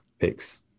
picks